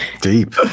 Deep